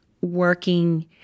working